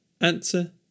Answer